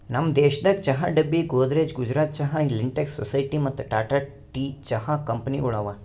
ನಮ್ ದೇಶದಾಗ್ ಚಹಾ ಡಬ್ಬಿ, ಗೋದ್ರೇಜ್, ಗುಜರಾತ್ ಚಹಾ, ಲಿಂಟೆಕ್ಸ್, ಸೊಸೈಟಿ ಮತ್ತ ಟಾಟಾ ಟೀ ಚಹಾ ಕಂಪನಿಗೊಳ್ ಅವಾ